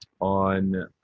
on